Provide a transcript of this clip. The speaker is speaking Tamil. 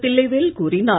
தில்லைவேல் கூறினார்